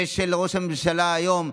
ושל ראש הממשלה היום,